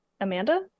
Amanda